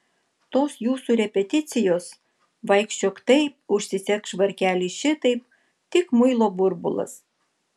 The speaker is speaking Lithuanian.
tos jūsų repeticijos vaikščiok taip užsisek švarkelį šitaip tik muilo burbulas